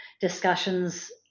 discussions